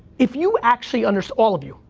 if you actually, and all of you,